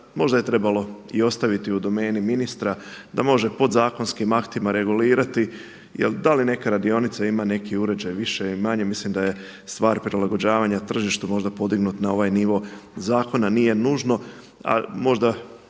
možda je i trebalo ostaviti u domeni ministra da može podzakonskim aktima regulirati. Jer da li neka radionica ima neki uređaj više ili manje mislim da je stvar prilagođavanja tržištu možda podignut na ovaj nivo zakona nije nužno, a možda